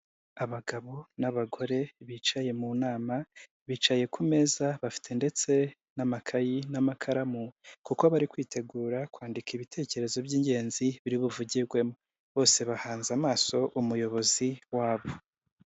Abagabo n'abagore bicaye mu nama, bicaye ku meza bafite ndetse n'amakayi n'amakaramu kuko bari kwitegura kwandika ibitekerezo by'ingenzi biri buvugirwemo bose bahanze amaso umuyobozi wabo.